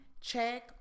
check